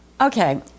Okay